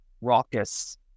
raucous